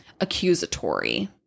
accusatory